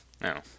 No